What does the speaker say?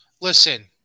Listen